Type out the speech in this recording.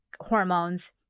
hormones